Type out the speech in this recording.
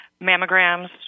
Mammograms